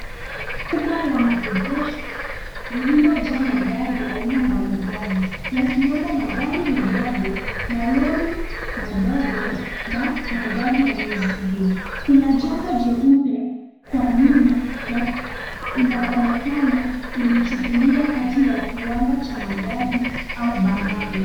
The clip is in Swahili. Jukwaa ya maegesho lililojaa magari ya aina mbalimbali magari yakiwemo magari madogo, malori madogo na magari ya mizigo. Kuna jengo jeupe kwa nyuma na inaonekana ilichukuliwa kati ya kiwanda cha magari au bandari.